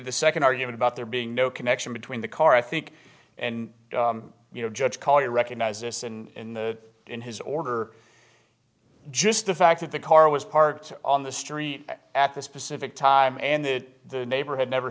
the second argument about there being no connection between the car i think and you know judge call you recognize this in the in his order just the fact that the car was parked on the street at this pacific time and that the neighbor had never